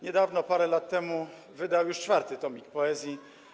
Niedawno, parę lat temu, wydał już czwarty tomik poezji.